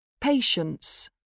Patience